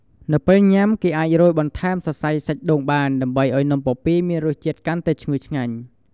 នៅពេលញ៉ាំ គេអាចរោយបន្ថែមសរសៃសាច់ដូងបាន ដើម្បីឲ្យនំពពាយមានរសជាតិកាន់តែឈ្ងុយឆ្ងាញ់។